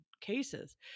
cases